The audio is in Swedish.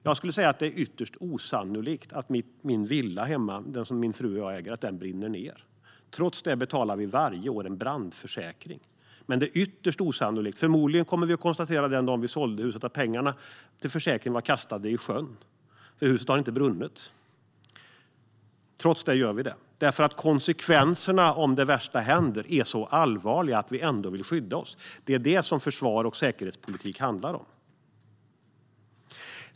Jag skulle säga att det är ytterst osannolikt att min villa, den som min fru och jag äger, brinner ned. Trots det betalar vi varje år en brandförsäkring. Det är ytterst osannolikt - förmodligen kommer vi att konstatera den dag vi säljer huset att pengarna till försäkringen var pengar i sjön eftersom huset inte har brunnit. Trots det betalar vi eftersom konsekvenserna om det värsta händer är så allvarliga att vi ändå vill skydda oss. Det är det som försvars och säkerhetspolitik handlar om.